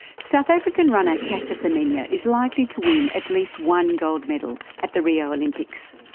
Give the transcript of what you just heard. south africa runner caster semenya is likely to win at least one gold medal at the rio olympics.